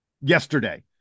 yesterday